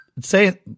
say